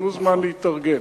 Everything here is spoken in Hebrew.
תנו זמן להתארגן.